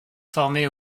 formé